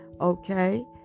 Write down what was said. Okay